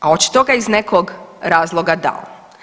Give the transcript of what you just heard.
A očito ga je iz nekog razloga dao.